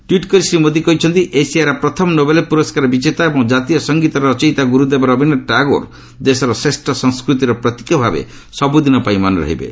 tweet କରି ଶ୍ରୀ ମୋଦି କହିଛନ୍ତି ଏସିଆର ପ୍ରଥମ ନୋବେଲ ପୁରସ୍କାର ବିଜେତା ଏବଂ ଜାତୀୟ ସଂଗୀତର ରଚୟିତା ଗୁରୁଦେବ ରବୀନ୍ଦ୍ର ଟାଗୋର ଦେଶର ଶ୍ରେଷ ସଂସ୍କୃତିର ପ୍ରତୀକ ଭାବେ ସବୁଦିନ ପାଇଁ ମନେରହିବେ